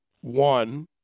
one